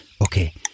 Okay